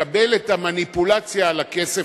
לקבל את המניפולציה על הכסף,